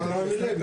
ברור,